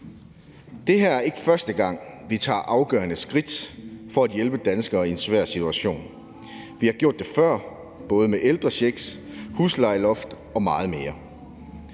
Det her er ikke første gang, vi tager afgørende skridt for at hjælpe danskere i en svær situation. Vi har gjort det før, både med ældrechecks, huslejeloft og meget mere.